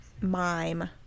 mime